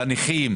לנכים.